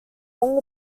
long